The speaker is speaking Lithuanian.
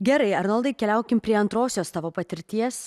gerai arnoldai keliaukim prie antrosios tavo patirties